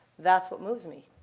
that's what moves me.